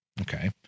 Okay